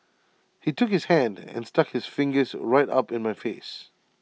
he took his hand and stuck his fingers right up in my face